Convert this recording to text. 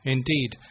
Indeed